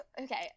okay